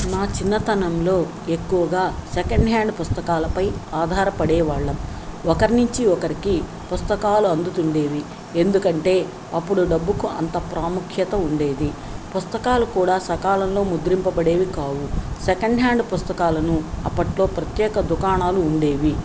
నా చిన్నతనంలో ఎక్కువగా సెకండ్ హ్యాండ్ పుస్తకాలపై ఆధారపడేవాళ్ళం ఒకరి నుంచి ఒకరికి పుస్తకాలు అందుతుండేవి ఎందుకంటే అప్పుడు డబ్బుకు అంత ప్రాముఖ్యత ఉండేది పుస్తకాలు కూడా సకాలంలో ముద్రింపబడేవి కావు సెకండ్ హ్యాండ్ పుస్తకాలకు అప్పట్లో ప్రత్యేక దుకాణాలు ఉండేవి